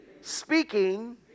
speaking